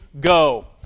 go